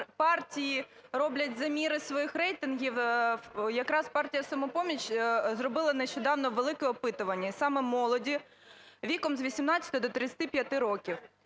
партії роблять заміри своїх рейтингів, якраз партія "Самопоміч" зробила нещодавно велике опитування і саме молоді віком з 18 до 35 років